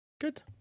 Good